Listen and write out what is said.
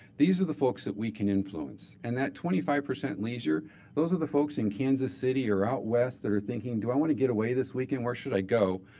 these are the folks that we can influence. and that twenty five percent leisure those are the folks in kansas city or out west that are thinking, do i want to get away this weekend? where should i go?